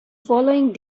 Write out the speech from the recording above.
following